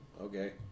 okay